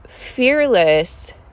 fearless